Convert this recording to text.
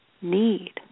need